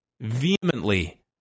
vehemently